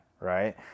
right